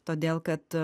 todėl kad